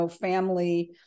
family